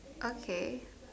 okay